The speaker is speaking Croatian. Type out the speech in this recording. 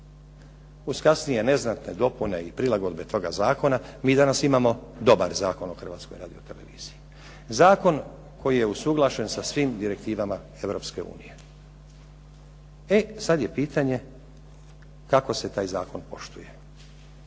Uz kasnije neznatne dopune i prilagodbe toga zakona mi danas imamo dobar Zakon o Hrvatskoj radioteleviziji. Zakon koji je usuglašen sa svim direktivama Europske unije. E sad je pitanje kako se taj zakon poštuje.